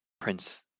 prince